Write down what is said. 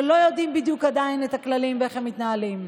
שלא יודעים בדיוק עדיין את הכללים ואיך הם מתנהלים.